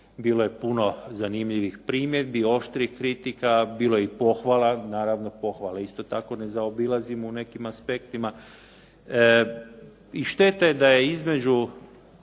bilo je puno zanimljivih primjedbi, oštrih kritika, bilo je i pohvala, naravno pohvale isto tako ne zaobilazimo u nekim aspektima. I šteta je da je između